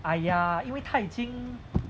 !aiya! 因为她已经